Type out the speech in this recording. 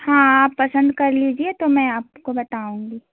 हाँ आप पसंद कर लीजिए तो मैं आपको बताऊॅंगी